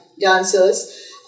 dancers